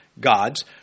gods